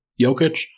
Jokic